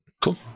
Cool